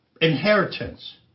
inheritance